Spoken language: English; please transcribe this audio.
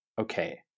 okay